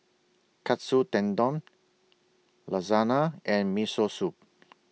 Katsu Tendon Lasagna and Miso Soup